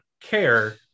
care